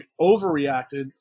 overreacted